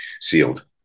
sealed